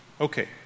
Okay